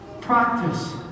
practice